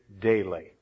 daily